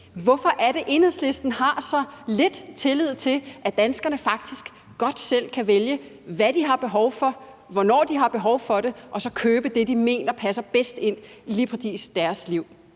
Hvorfor er det, at Enhedslisten har så lidt tillid til, at danskerne faktisk godt selv kan vælge, hvad de har behov for, hvornår de har behov for det, og så købe det, de mener passer bedst ind i lige